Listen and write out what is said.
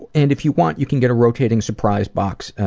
and if you want, you can get a rotating surprise box, ah,